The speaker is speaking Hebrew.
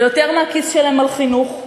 ויותר מהכיס שלהם על חינוך,